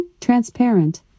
transparent